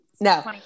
no